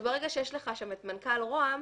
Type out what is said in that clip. ברגע שיש לך שם את מנכ"ל משרד ראש הממשלה,